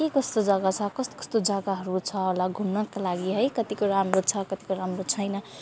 के कस्तो जग्गा छ कस्तो कस्तो जग्गाहरू छ होला घुन्नुको लागि है कतिको राम्रो छ कतिको राम्रो छैन